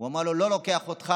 הוא אמר לו: אני לא לוקח אותך,